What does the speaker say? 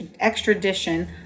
extradition